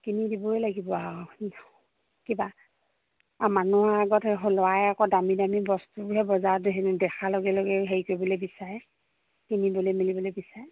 কিনি দিবই লাগিব আৰু কিবা মানুহৰ আগত সেই ল'ৰাই আকৌ দামী দামী বস্তুহে বজাৰত দেখাৰ লগে লগে হেৰি কৰিবলৈ বিচাৰে কিনিবলৈ মেলিবলৈ বিচাৰে